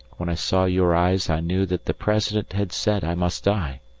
when i saw your eyes i knew that the president had said i must die.